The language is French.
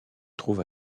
trouve